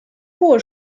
hohe